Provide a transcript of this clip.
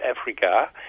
Africa